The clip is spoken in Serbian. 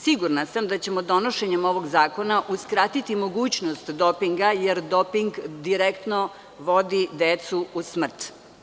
Sigurna sam da ćemo donošenjem ovog zakona uskratiti mogućnost dopinga jer doping direktno vodi decu u smrt.